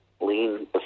lean